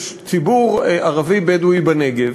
יש ציבור ערבי בדואי בנגב,